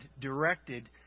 directed